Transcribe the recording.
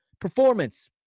performance